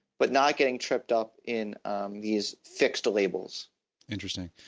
but not getting tripped up in these fixed labels interesting.